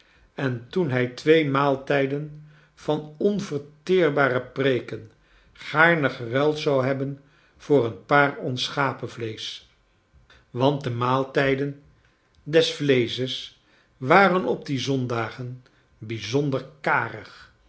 en toen hij twee maaltijden van onverteerbare preeken gaarne geruild zou hebben voor een paar ons schapenvleesch want de maaltijden des vleesches waren op die zondagen bijzonder karig